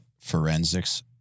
forensics